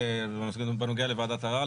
הוא בנוגע לוועדת ערר.